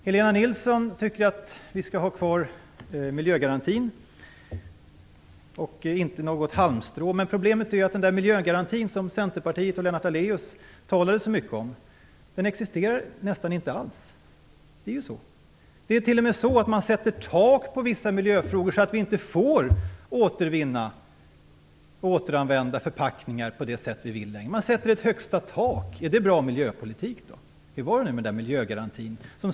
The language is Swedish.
Helena Nilsson tycker att vi skall ha kvar miljögarantin och inte något halmstrå. Men problemet är att den miljögaranti som Centerpartiet och Lennart Daléus talade så mycket om nästan inte alls existerar. Man sätter t.o.m. tak i vissa miljöfrågor, så att vi inte längre får återvinna eller återanvända förpackningar på det sätt vi vill. Man sätter upp ett högsta tak. Är det bra miljöpolitik? Hur var det nu med miljögarantin?